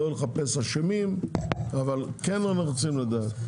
לא לחפש אשמים אבל אנחנו כן רוצים לדעת.